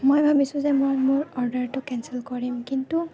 মই ভাবিছোঁ যে মই মোৰ অৰ্ডাৰটো কেনচেল কৰিম কিন্তু